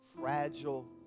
fragile